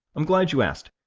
i'm glad you asked.